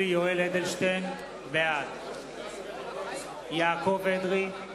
נגד יולי יואל אדלשטיין, בעד יעקב אדרי,